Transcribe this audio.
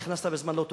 נכנסת בזמן לא טוב,